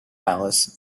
palace